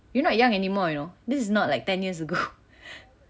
you are not young anymore you know this is not like ten years ago